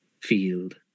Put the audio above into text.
field